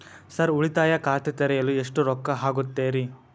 Sir ಉಳಿತಾಯ ಖಾತೆ ತೆರೆಯಲು ಎಷ್ಟು ರೊಕ್ಕಾ ಆಗುತ್ತೇರಿ?